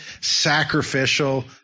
sacrificial